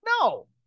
No